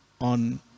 on